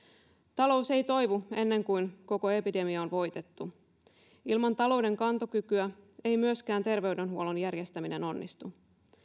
talous ei toivu ennen kuin koko epidemia on voitettu ilman talouden kantokykyä ei myöskään terveydenhuollon järjestäminen onnistu